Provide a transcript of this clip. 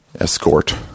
escort